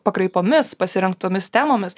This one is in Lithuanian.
pakraipomis pasirinktomis temomis